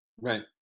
Right